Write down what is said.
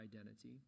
identity